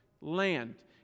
land